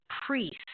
priest